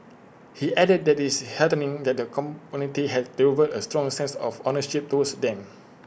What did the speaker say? he added that is heartening that the community has developed A strong sense of ownership towards them